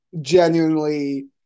genuinely